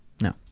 No